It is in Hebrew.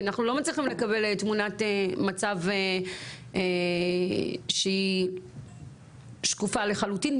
כי אנחנו לא מצליחים לקבל תמונת מצב שהיא שקופה לחלוטין,